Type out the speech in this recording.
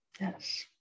Yes